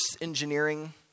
engineering